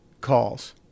calls